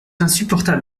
insupportable